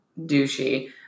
douchey